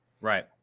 Right